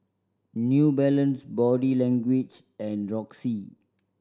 New Balance Body Language and Roxy